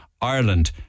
Ireland